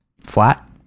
flat